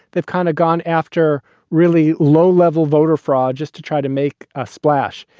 they've kind of gone after really low level voter fraud just to try to make a splash.